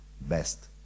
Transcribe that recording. Best